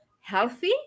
healthy